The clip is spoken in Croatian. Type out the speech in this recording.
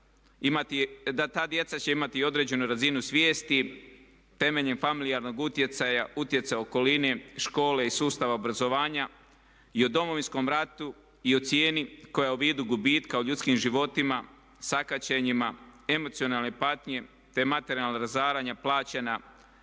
da ta djeca će imati određenu razinu svijesti temeljem familijarnog utjecaja, utjecaja okoline, škole i sustava obrazovanja i o Domovinskom ratu i o cijeni koja u vidu gubitka o ljudskim životima, sakaćenjima, emocionalne patnje te materijalna razaranja plaćena